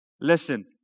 listen